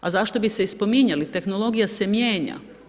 A zašto bi se i spominjali, tehnologija se mijenja.